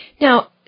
Now